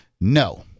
no